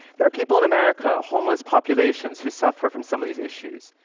there are people in america, homeless populations, who suffer from some of these issues.